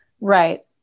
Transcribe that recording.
Right